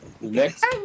next